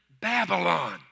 Babylon